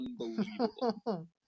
unbelievable